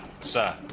sir